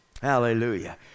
hallelujah